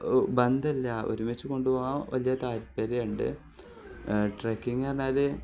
ബന്ധമില്ല ഒരുമിച്ചു കൊണ്ടു പോവാൻ വലിയ താല്പര്യം ഉണ്ട് ട്രക്കിങ് പറഞ്ഞാൽ